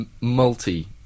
multi